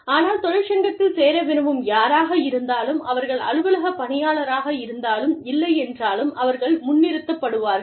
ஆனால் தொழிற்சங்கத்தில் சேர விரும்பும் யாராக இருந்தாலும் அவர்கள் அலுவலக பணியாளர்களாக இருந்தாலும் இல்லை என்றாலும் அவர்கள் முன்னிறுத்தப்படுவார்கள்